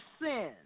sin